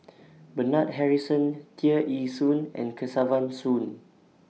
Bernard Harrison Tear Ee Soon and Kesavan Soon